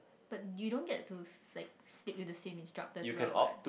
but you don't get to like speak with the same instructor throughout what